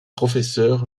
professeurs